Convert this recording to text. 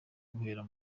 guhera